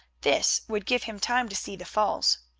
this would give him time to see the falls.